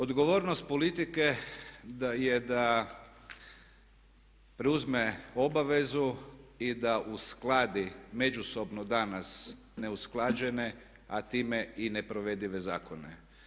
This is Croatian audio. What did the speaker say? Odgovornost politike je da preuzme obavezu i da uskladi međusobno danas neusklađene a time i neprovedive zakone.